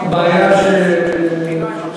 רשימת הנואמים,